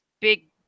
big